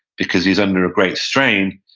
because he's under a great strain.